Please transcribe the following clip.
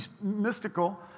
mystical